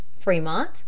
Fremont